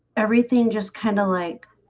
everything just kind of like